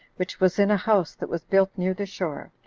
which was in a house that was built near the shore,